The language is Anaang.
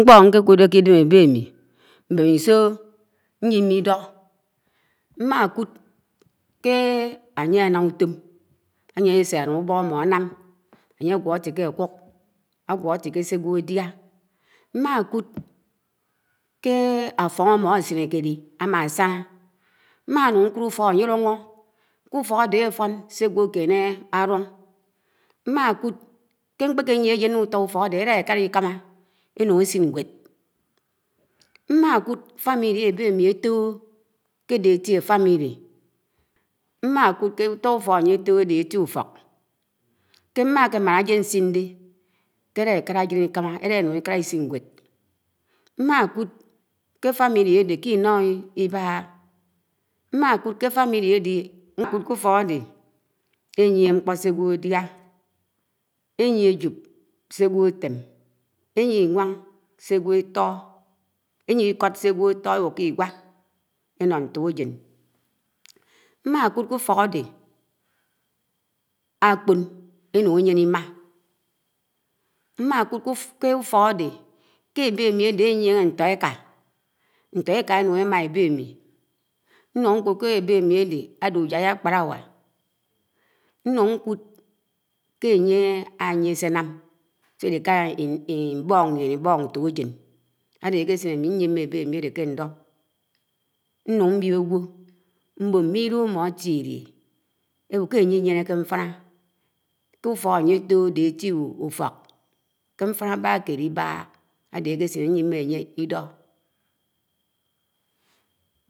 Ṉḱpo̱ ṉkákúdé ké Idém ébe ám̱i m̱bém̱ iso̱ ṉyím̱e iɗȯ̱, mm̱ákúd ké ánye áṉám úto̱m ayié sésélád úbo̱k ámm̱o ánám̱. aṉyé ágẃo̱ átíke ákúk, ágúo áti̱ké sè aḡwo adiā. Mma kúd ké áto̱n ám̱o ásiṉe kè áli ámásáná, nún ṉkúd úfok ánye álúho ké úfo̱k áde áto̱n sē ágw̄ọ áké kéṉe álúng, m̱má kúd ke m̱kpéke yíe áje̱n kú úlo̱k úfo̱k āde, ekákàlà Ikámá enún esiṉ nwéd, mm̱ákúd ekpúk ébém̱i átóh, áde ēti úfōk, ké m̱má ke máṉ ájen nsin dē elákálá ájen Ikámá, elá nún Ikálá Isin ṉwéd, m̱mákúd kē úfók áde Inọ Ibáhá, eýie ṉkpo sé ágiw̄o adia, eyie ajop se agwo átem, eȳie, Inwāng sè agw̄o éto̱, éyie Iko̱d se ágwo áto aẃoke Igẃa eṉo ṉto kējēn. Mmákúd ke úfók ade aḱpon anún eyéné Imá, mmákúd ké úfo̱k ádé, ke ebémi áde áyiéne ṉto eka, nto eka enún emá e bémi, nún ñku̱d ké ébémi áde áde ujāi ākpáláwá, nún, kúd ke ánye áyie sé ánám sé álikálá Ibo̱k yíen. Ibo̱k ntokējen, áde ákesi̱n ámi nyim̄e ebē ámi áde ke nḏo.